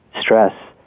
stress